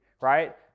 right